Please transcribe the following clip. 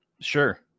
sure